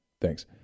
Thanks